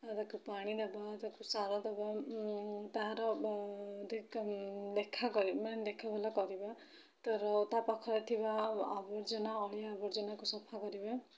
ତାକୁ ପାଣି ଦେବା ତାକୁ ସାର ଦେବା ତାହାର ମାନେ ଦେଖା ଭଲ କରିବା ତା'ର ତା ପାଖରେ ଥିବା ଆବର୍ଜନା ଅଳିଆ ଆବର୍ଜନାକୁ ସଫା କରିବା